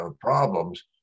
problems